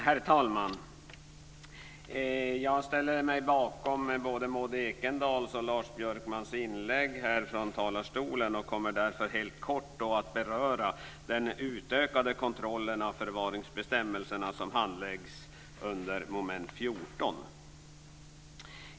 Herr talman! Jag ställer mig bakom både Maud Ekendahls och Lars Björkmans inlägg härifrån talarstolen. Jag kommer därför bara helt kort att beröra den utökade kontrollen av förvaringsbestämmelserna, som handläggs under mom. 14.